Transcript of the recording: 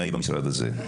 מה יהיה במשרד הזה.